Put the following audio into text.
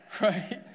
Right